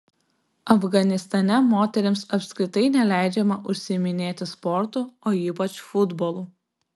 afganistane moterims apskritai neleidžiama užsiiminėti sportu o ypač futbolu